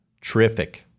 terrific